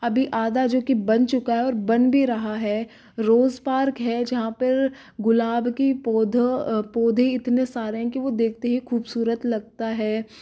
अभी आधा जो की बन चुका है और बन भी रहा है रोज़ पार्क है जहाँ पर गुलाब की पौध पौधें इतने सारे हैं कि वह देखते ही खूबसूरत लगता है